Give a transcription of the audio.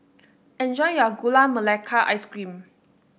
enjoy your Gula Melaka Ice Cream